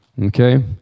okay